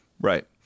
right